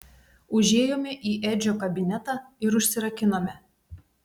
užėjome į edžio kabinetą ir užsirakinome